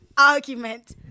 Argument